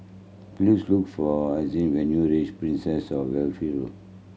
please look for Ishaan when you reach Princess Of Wales Road